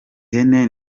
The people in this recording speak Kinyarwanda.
hene